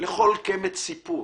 לכל קמט סיפור,